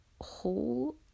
whole